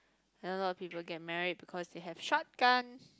and a lot of people get married because they have shotguns